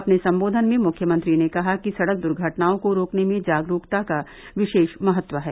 अपने सम्बोधन में मुख्यमंत्री ने कहा कि सड़क द्र्घटनाओं को रोकने में जागरूकता का विशेष महत्व है